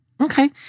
Okay